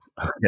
Okay